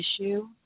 issue